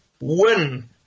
win